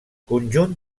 conjunt